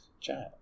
child